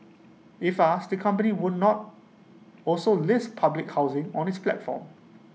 if asked the company would not also list public housing on its platform